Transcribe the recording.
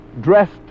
dressed